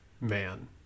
man